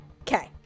Okay